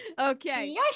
Okay